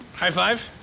high five,